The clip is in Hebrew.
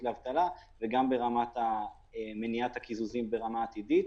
לאבטלה וברמה של מניעת הקיזוזים בעתיד.